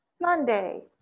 Monday